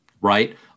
right